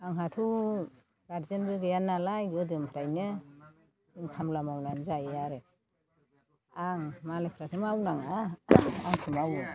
आंहाथ' गारजेनबो गैया नालाय गोदोनिफ्रायनो जों खामला मावनानै जायो आरो आं मालायफ्राथ' मावनाङा आंसो मावो